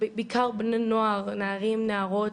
בעיקר בני נוער, נערים ונערות,